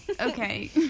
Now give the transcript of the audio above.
Okay